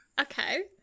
Okay